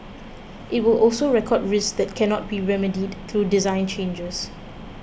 it will also record risks that cannot be remedied through design changes